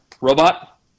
Robot